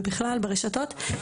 וברשתות בכלל.